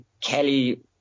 Kelly